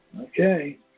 Okay